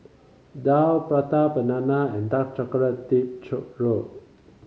daal Prata Banana and Dark Chocolate Dip Churro